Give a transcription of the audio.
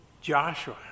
Joshua